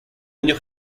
niño